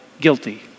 guilty